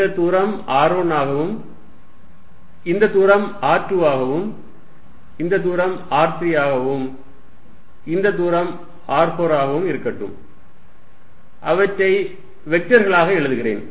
இந்த தூரம் r1 ஆகவும் இந்த தூரம் r2 ஆகவும் இந்த தூரம் r3 ஆகவும் இந்த தூரம் r4 ஆகவும் இருக்கட்டும் அவற்றை வெக்டர்களாக எழுதுகிறேன்